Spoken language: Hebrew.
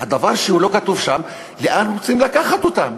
והדבר שלא כתוב שם: לאן רוצים לקחת אותם.